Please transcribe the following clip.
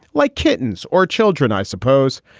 like kittens or children, i suppose.